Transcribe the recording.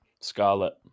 Scarlet